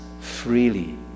freely